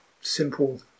simple